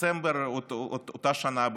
בדצמבר אותה שנה,